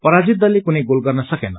पराजित दलले कुनै गोल गर्न सकेन